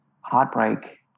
heartbreak